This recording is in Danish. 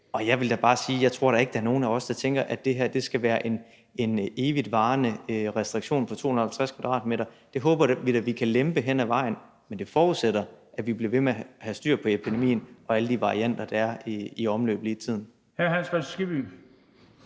der tænker, at det her skal være en evigt varende restriktion på 250 m2. Det håber vi da vi kan lempe hen ad vejen, men det forudsætter, at vi bliver ved med at have styr på epidemien og alle de varianter, der er i omløb lige for tiden.